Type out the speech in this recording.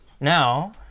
now